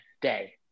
day